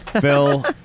Phil